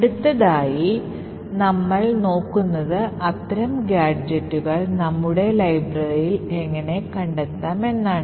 അടുത്തതായി നമ്മൾ നോക്കുന്നത് അത്തരം ഗാഡ്ജെറ്റുകൾ നമ്മുടെ ലൈബ്രറിയിൽ എങ്ങനെ കണ്ടെത്താം എന്നാണ്